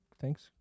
thanks